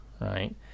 right